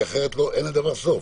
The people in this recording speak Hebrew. כי אחרת אין לדבר סוף.